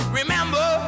remember